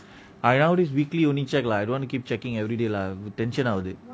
I nowadays weekly only check lah I don't want to keep checking everyday lah tension ஆவுது:aavuthu